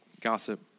gossip